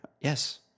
yes